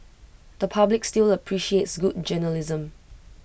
the public still the appreciates good journalism